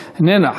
איננה,